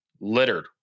littered